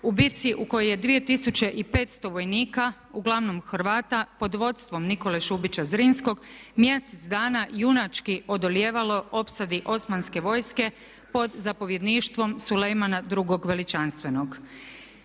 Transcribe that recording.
u bici u kojoj je 2500 vojnika, uglavnom Hrvata, pod vodstvom Nikole Šubića Zrinskog mjesec dana junački odolijevalo opsadi Osmanske vojske pod zapovjedništvom Sulejmana II. Veličanstvenog.